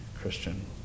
Christian